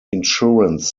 insurance